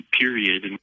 period